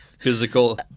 physical